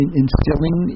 instilling